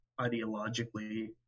ideologically